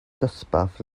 dosbarth